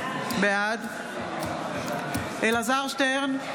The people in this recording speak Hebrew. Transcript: בעד אלעזר שטרן,